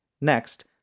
Next